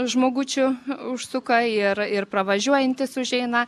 žmogučių užsuka ir ir pravažiuojantys užeina